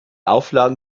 auflagen